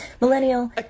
millennial